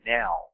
now